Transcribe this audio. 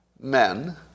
Men